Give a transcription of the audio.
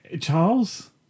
Charles